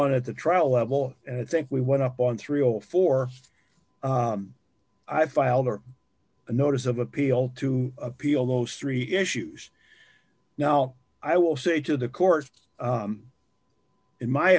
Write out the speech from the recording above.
on at the trial level and i think we went up on three o four i filed a notice of appeal to appeal those three issues now i will say to the court in my